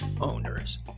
owners